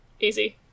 Easy